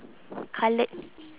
coloured